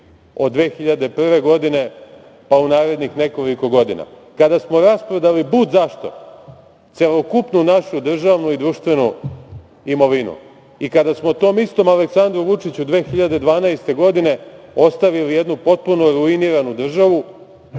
od 2001. godine pa u narednih nekoliko godina, kada smo rasprodali budzašto celokupnu našu državnu i društvenu imovinu i kada smo to istom Aleksandru Vučiću 2012. godine ostavili jednu potpuno ruiniranu državu